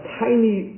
tiny